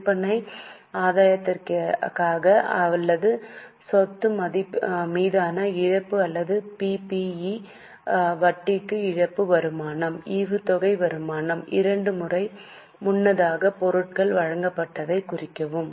விற்பனை ஆதாயத்திற்காக அல்லது சொத்து மீதான இழப்பு அல்லது பிபிஇ வட்டிக்கு இழப்பு வருமானம் ஈவுத்தொகை வருமானம் இரண்டு முறை முன்னதாக பொருட்கள் வழங்கப்பட்டதைக் குறிக்கவும்